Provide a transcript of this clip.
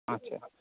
আচ্ছা